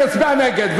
אני אצביע נגד,